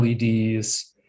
LEDs